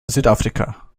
südafrika